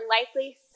likely